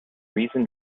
reason